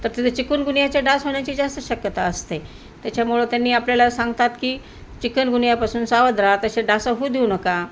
तर तिथे चिकूनगुनियाच्या डास होण्याची जास्त शक्यता असते त्याच्यामुळं त्यांनी आपल्याला सांगतात की चिकनगुनियापासून सावध राहा तसे डास होऊ देऊ नका